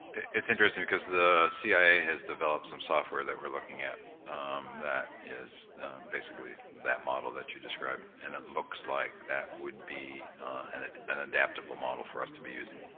it's interesting because the cia has developed some software that we're looking at um that is basically that model that you described, and that looks like that would be and an adaptable model for us to be using,